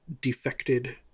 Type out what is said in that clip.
defected